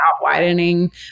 widening